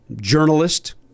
journalist